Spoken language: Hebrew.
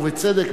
ובצדק,